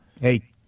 Hey